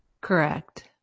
Correct